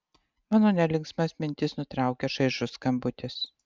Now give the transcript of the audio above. mano nelinksmas mintis nutraukia šaižus skambutis